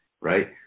Right